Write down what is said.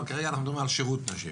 אבל כרגע אנחנו מדברים על שירות נשים.